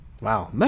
Wow